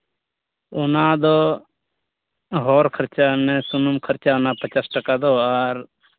ᱚᱱᱟ ᱫᱚ ᱦᱚᱨ ᱠᱷᱚᱨᱪᱟ ᱢᱟᱱᱮ ᱥᱩᱱᱩᱢ ᱠᱷᱚᱨᱪᱟ ᱚᱱᱟ ᱯᱚᱪᱟᱥ ᱴᱟᱠᱟ ᱟᱨ